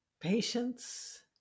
patience